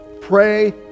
pray